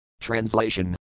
translation